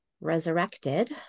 resurrected